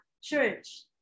church